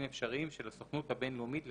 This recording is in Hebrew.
הפליטות שלהם על גבי